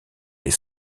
des